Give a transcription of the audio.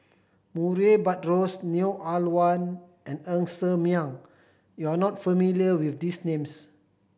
Murray Buttrose Neo Ah Luan and Ng Ser Miang you are not familiar with these names